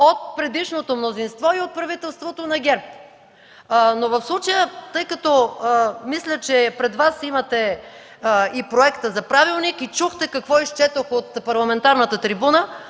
от предишното мнозинство и от правителството на ГЕРБ. Но в случая мисля, че пред Вас имате и проекта за правилника, и чухте какво Ви четоха от парламентарната трибуна,